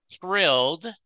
thrilled